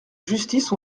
justice